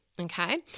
Okay